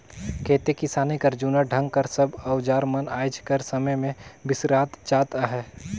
खेती किसानी कर जूना ढंग कर सब अउजार मन आएज कर समे मे बिसरात जात अहे